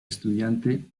estudiante